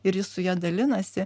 ir jis su ja dalinasi